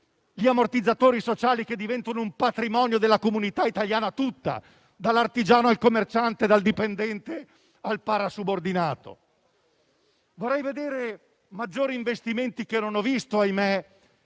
gli ammortizzatori sociali che diventano un patrimonio della comunità italiana tutta, dall'artigiano al commerciante, dal dipendente al parasubordinato. Vorrei vedere maggiori investimenti, che - ahimè